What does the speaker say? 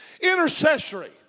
Intercessory